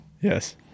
yes